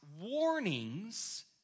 warnings